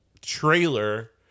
trailer